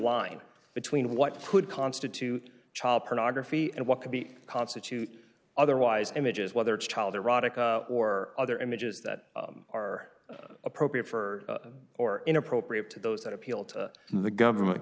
line between what would constitute child pornography and what could be constitute otherwise images whether child erotica or other images that are appropriate for or inappropriate to those that appeal to the government